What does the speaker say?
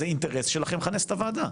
זה אינטרס שלכם לכנס את הוועדה.